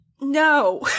no